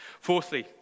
Fourthly